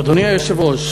אדוני היושב-ראש,